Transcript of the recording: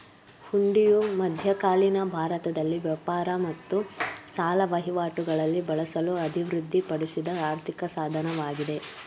ಹುಂಡಿಯು ಮಧ್ಯಕಾಲೀನ ಭಾರತದಲ್ಲಿ ವ್ಯಾಪಾರ ಮತ್ತು ಸಾಲ ವಹಿವಾಟುಗಳಲ್ಲಿ ಬಳಸಲು ಅಭಿವೃದ್ಧಿಪಡಿಸಿದ ಆರ್ಥಿಕ ಸಾಧನವಾಗಿದೆ